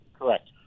Correct